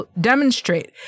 demonstrate